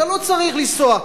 אתה לא צריך לנסוע.